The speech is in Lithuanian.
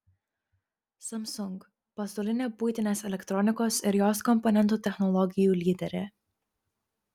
samsung pasaulinė buitinės elektronikos ir jos komponentų technologijų lyderė